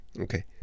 Okay